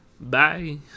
Bye